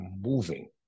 moving